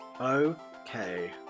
Okay